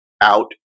out